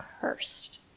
cursed